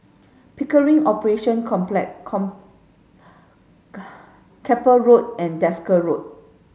Pickering Operations Complex Keppel Road and Desker Road